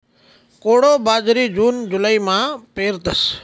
कोडो बाजरी जून जुलैमा पेरतस